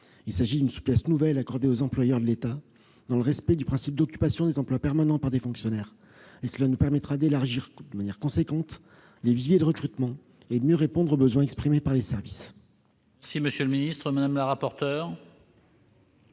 Il s'agit d'une souplesse nouvelle accordée aux employeurs de l'État, dans le respect du principe d'occupation des emplois permanents par des fonctionnaires. Elle nous permettra d'élargir de manière importante les viviers de recrutement et de mieux répondre aux besoins exprimés par les services. Quel est l'avis de la commission